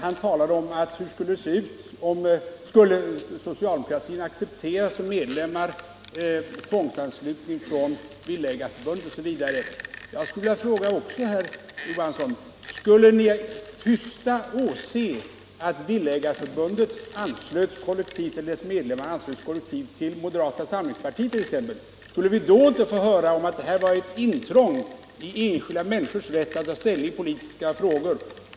Han frågade om socialdemokraterna som medlemmar skulle acceptera tvångsanslutna från t.ex. villaägareföreningar. Jag vill också fråga herr Johansson: Skulle ni tysta åse att villaägareföreningars medlemmar kollektivt anslöts till exempelvis moderata samlingspartiet? Skulle vi inte då få höra att det var ett intrång i enskilda människors rätt att ta ställning i politiska frågor?